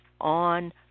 on